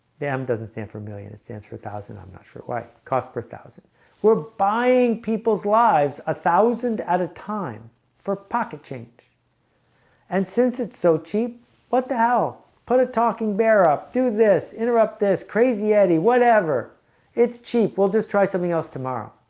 damn doesn't stand for a million. it stands for a thousand i'm not sure why cause per thousand we're buying people's lives a thousand at a time for pocket change and since it's so cheap what the hell put a talking bear up do this interrupt this crazy, eddy, whatever it's cheap we'll just try something else tomorrow